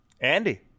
Andy